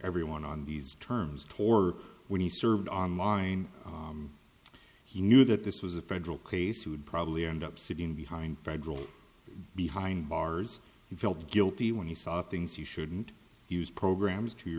everyone on these terms tor when he served online he knew that this was a federal case he would probably end up sitting behind federal behind bars he felt guilty when he saw things you shouldn't use programs to